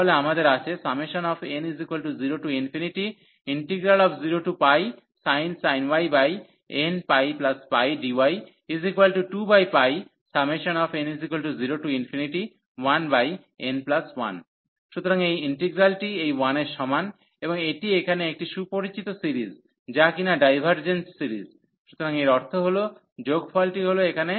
তাহলে আমাদের আছে n00sin y nππdy2n01n1 সুতরাং এই ইন্টিগ্রালটি এই 1 এর সমান এবং এটি এখানে একটি সুপরিচিত সিরিজ যা কিনা ডাইভার্জেন্ট সিরিজ সুতরাং এর অর্থ হল যোগফলটি হল এখানে